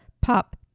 pop